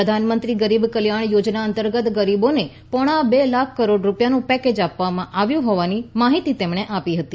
પ્રધાનમંત્રી ગરીબ કલ્યાણ યોજના અંતર્ગત ગરીબોને પોણા બે લાખ કરોડ રૂપિયાનું પેકેજ આપવામાં આવ્યું હોવાની માહિતી તેમણે આપી હતી